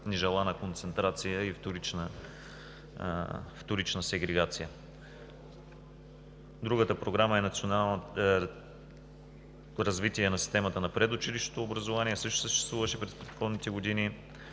нежелана концентрация и вторична сегрегация. Другата програма е „Развитие на системата на предучилищното образование“. Също съществуваше през предходните години,